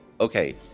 Okay